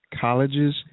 colleges